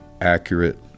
accurate